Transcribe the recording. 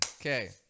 Okay